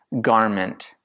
garment